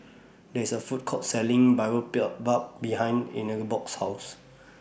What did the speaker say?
There IS A Food Court Selling Boribap behind Ingeborg's House